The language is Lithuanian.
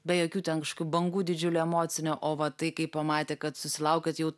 be jokių ten kažkokių bangų didžiulių emocinių o va tai kai pamatė kad susilaukėt jau